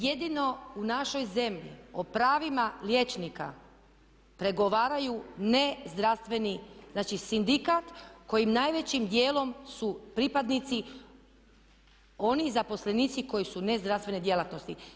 Jedino u našoj zemlji o pravima liječnika pregovaraju ne zdravstveni, znači sindikat kojim najvećim dijelom su pripadnici oni zaposlenici koji su ne zdravstvene djelatnosti.